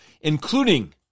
including